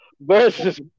versus